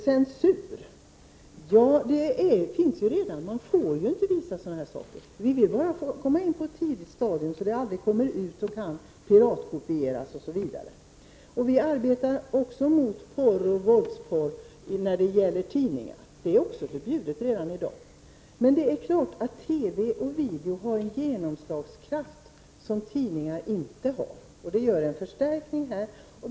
Censur finns redan i dag. Man får ju inte visa vad som helst. Vi vill bara ingripa på ett tidigt stadium så att våldsskildringar aldrig kommer ut och kan piratkopieras. Vi arbetar också mot pornografi och våldspornografi i tidningar. Det är förbjudet redan i dag. Men det är klart att TV och video har en genomslagskraft som tidningar inte har, och det blir en förstärkning här.